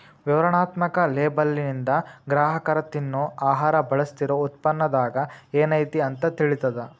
ವಿವರಣಾತ್ಮಕ ಲೇಬಲ್ಲಿಂದ ಗ್ರಾಹಕರ ತಿನ್ನೊ ಆಹಾರ ಬಳಸ್ತಿರೋ ಉತ್ಪನ್ನದಾಗ ಏನೈತಿ ಅಂತ ತಿಳಿತದ